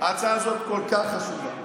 ההצעה הזאת כל כך חשובה,